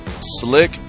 slick